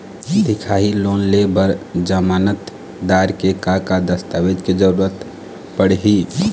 दिखाही लोन ले बर जमानतदार के का का दस्तावेज के जरूरत पड़ही?